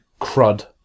crud